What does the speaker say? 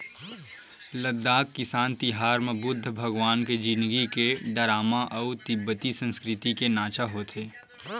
लद्दाख किसान तिहार म बुद्ध भगवान के जिनगी के डरामा अउ तिब्बती संस्कृति के नाचा होथे